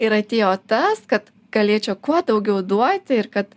ir atėjo tas kad galėčiau kuo daugiau duoti ir kad